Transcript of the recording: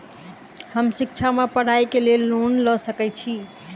हम शिक्षा वा पढ़ाई केँ लेल लोन लऽ सकै छी?